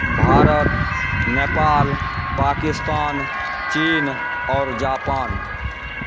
भारत नेपाल पाकिस्तान चीन आओर जापान